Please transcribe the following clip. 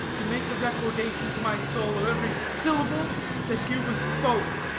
to make a recordation to my soul of every syllable that here was spoke.